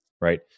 Right